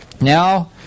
Now